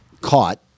caught